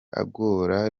agora